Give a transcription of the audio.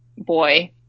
boy